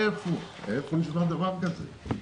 איפה נשמע דבר כזה?